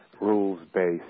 rules-based